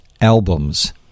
albums